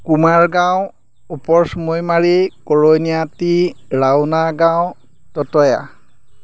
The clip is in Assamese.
কুমাৰ গাঁও ওপৰচময়মাৰী কৰণিয়াটী ৰাওনা গাঁও ততয়া